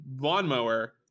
lawnmower